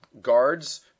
guards